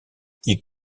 qui